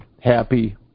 happy